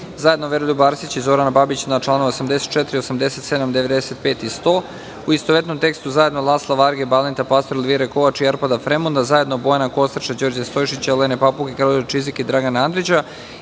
zajedno Veroljuba Arsića i Zorana Babića na čl. 84, 87, 95. i 100; u istovetnom tekstu zajedno Lasla Varge, Balinta Pastora, Elvire Kovač i Arpada Fremonda, zajedno Bojana Kostreša, Đorđa Stojšića, Olene Papuge, Karolja Čizika i Dragana Andrića